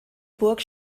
burg